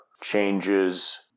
changes